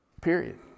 Period